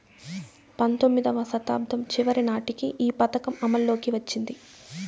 పంతొమ్మిదివ శతాబ్దం చివరి నాటికి ఈ పథకం అమల్లోకి వచ్చింది